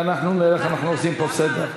ואנחנו נראה איך אנחנו עושים פה סדר.